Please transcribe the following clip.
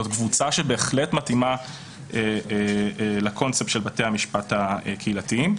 קבוצה שבהחלט מתאימה לקונספט של בתי המשפט הקהילתיים.